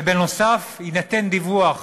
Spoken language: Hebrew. ובנוסף יינתן דיווח